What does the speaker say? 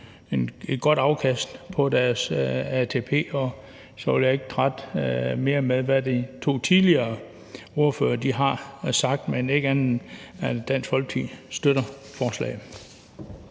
et godt afkast på deres ATP, og så vil jeg ikke trætte mere med noget, de to tidligere ordførere har sagt, andet end at sige, at Dansk Folkeparti støtter forslaget.